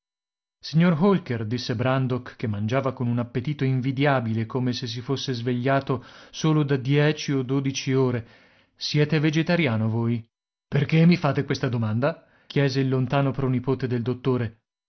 signor holker disse brandok che mangiava con un appetito invidiabile come se si fosse svegliato solo da dieci o dodici ore siete vegetariano voi perché mi fate questa domanda chiese il lontano pronipote del dottore